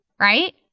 right